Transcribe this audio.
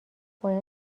باید